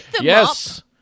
Yes